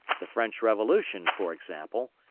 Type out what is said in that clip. the french revolution, for example,